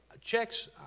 Checks